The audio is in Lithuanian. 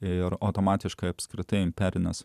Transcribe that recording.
ir automatiškai apskritai imperinės